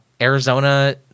Arizona